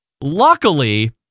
Luckily